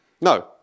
no